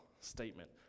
statement